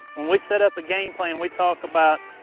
when we set up a gameplan, we talk about,